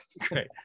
great